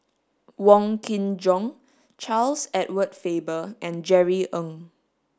Wong Kin Jong Charles Edward Faber and Jerry Ng